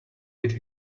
did